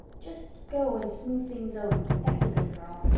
just go and smooth things over that's a good girl.